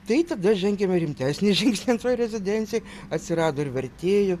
tai tada žengėme rimtesnį žingsnį toj rezidencijoj atsirado ir vertėjų